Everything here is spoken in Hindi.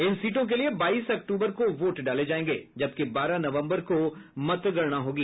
इन सीटों के लिए बाईस अक्टूबर को वोट डाले जायेंगे जबकि बारह नवम्बर को मतगणना होगी